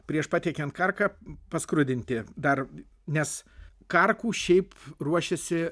prieš patiekiant karką paskrudinti dar nes karkų šiaip ruošiasi